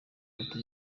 mategeko